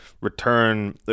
return